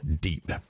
deep